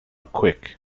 quick